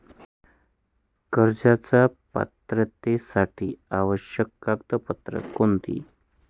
कर्जाच्या पात्रतेसाठी आवश्यक कागदपत्रे कोणती?